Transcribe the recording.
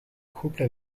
couple